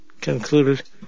concluded